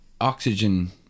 oxygen